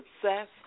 success